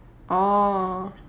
oh